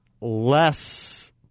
less